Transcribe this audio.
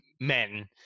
men